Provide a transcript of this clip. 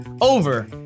over